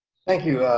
thank you,